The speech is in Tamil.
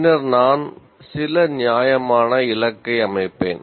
பின்னர் நான் சில நியாயமான இலக்கை அமைப்பேன்